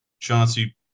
Chauncey